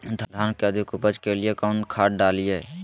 धान के अधिक उपज के लिए कौन खाद डालिय?